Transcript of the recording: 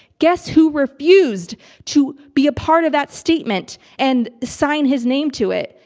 guess who refused to be a part of that statement and sign his name to it?